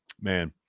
Man